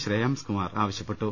ശ്രേയാംസ്കുമാർ ആവശ്യപ്പെട്ടു